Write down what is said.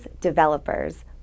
developers